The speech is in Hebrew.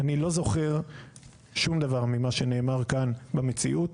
אני לא זוכר שום דבר ממה שנאמר כאן במציאות.